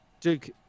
Duke